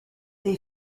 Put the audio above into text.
they